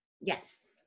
yes